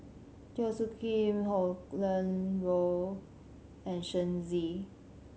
Teo Soon Kim Roland Goh and Shen Xi